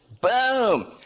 Boom